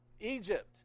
Egypt